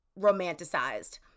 romanticized